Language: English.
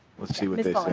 let's see what they say.